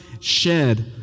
shed